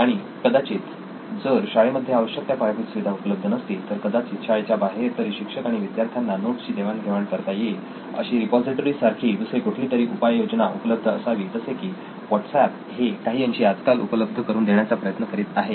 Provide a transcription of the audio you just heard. आणि कदाचित जर शाळेमध्ये आवश्यक त्या पायाभूत सुविधा उपलब्ध नसतील तर कदाचित शाळेच्या बाहेर तरी शिक्षक आणि विद्यार्थ्यांना नोट्सची देवाण घेवाण करता येईल अशी रिपॉझिटरी सारखी दुसरी कुठली तरी उपाय योजना उपलब्ध असावी जसे की व्हॉट्सऍप हे काही अंशी आजकाल उपलब्ध करून देण्याचा प्रयत्न करीत आहे